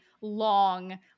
long